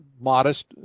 modest